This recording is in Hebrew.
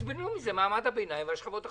יסבלו מזה מעמד הביניים והשכבות החלשות.